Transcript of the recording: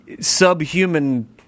subhuman